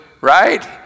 right